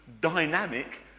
dynamic